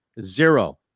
zero